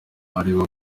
areba